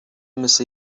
مثل